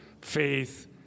faith